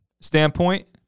standpoint